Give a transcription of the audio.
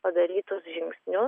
padarytus žingsnius